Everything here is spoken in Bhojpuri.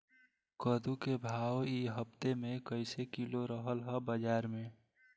कद्दू के भाव इ हफ्ता मे कइसे किलोग्राम रहल ह बाज़ार मे?